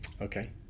Okay